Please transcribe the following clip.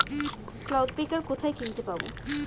Clod breaker কোথায় কিনতে পাব?